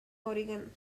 oregon